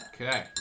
Okay